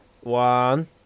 One